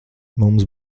mums